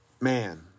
man